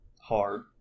hard